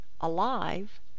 alive